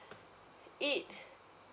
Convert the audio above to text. it